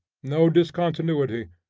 no discontinuity,